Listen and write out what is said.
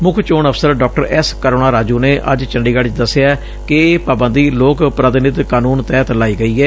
ਮੁੱਖ ਚੋਣ ਅਫ਼ਸਰ ਡਾ ਐਸ ਕਰੁਣਾ ਰਾਜੁ ਨੇ ਅੱਜ ਚੰਡੀਗੜ ਚ ਦੱਸਿਆ ਕਿ ਇਹ ਪਾਬੰਦੀ ਲੋਕ ਪ੍ਤੀਨਿਧ ਕਾਨੂੰਨ ਤਹਿਤ ਲਾਈ ਗਈ ਏ